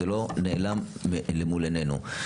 זה לא נעלם מעינינו.